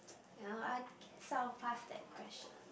ya lor I guess I will pass that question